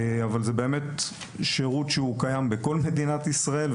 אבל זה באמת שירות שהוא קיים בכל מדינת ישראל,